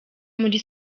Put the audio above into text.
muri